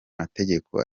mategeko